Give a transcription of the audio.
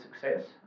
success